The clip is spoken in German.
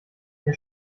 herr